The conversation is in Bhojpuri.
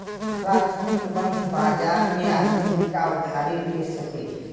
प्राथमिक बंध बाजार मे आदमी नइका उधारी ले सके